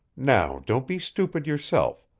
now don't be stupid yourself,